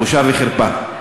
בושה וחרפה.